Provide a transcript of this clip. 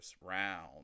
round